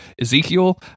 ezekiel